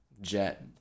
jet